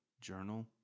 Journal